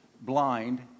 blind